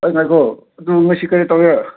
ꯍꯩꯠ ꯉꯥꯏꯈꯣ ꯑꯗꯨ ꯉꯁꯤ ꯀꯔꯤ ꯇꯧꯔꯦ